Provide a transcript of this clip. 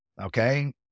Okay